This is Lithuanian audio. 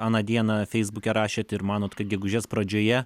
aną dieną feisbuke rašėt ir manot kad gegužės pradžioje